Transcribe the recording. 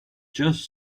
just